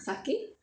sake